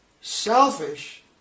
selfish